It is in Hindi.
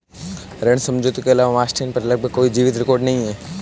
ऋण समझौते के अलावा मास्टेन पर लगभग कोई जीवित रिकॉर्ड नहीं है